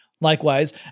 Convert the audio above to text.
Likewise